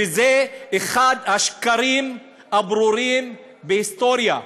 וזה אחד השקרים הברורים בהיסטוריה.